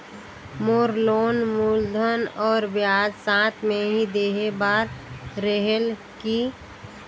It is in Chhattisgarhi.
मोर लोन मूलधन और ब्याज साथ मे ही देहे बार रेहेल की?